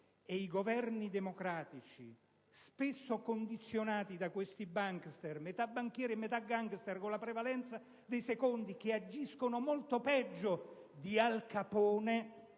E i Governi democratici, spesso condizionati da questi bankster - metà banchieri, metà *gangster* - con la prevalenza dei secondi che agiscono molto peggio di Al Capone,